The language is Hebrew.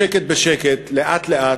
בשקט בשקט, לאט-לאט,